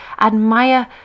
admire